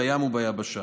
בים וביבשה.